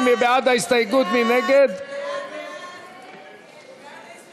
המשותפת וחברת הכנסת